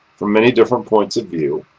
from many different points of view,